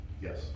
Yes